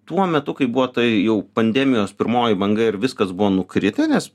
tuo metu kai buvo tai jau pandemijos pirmoji banga ir viskas buvo nukritę nes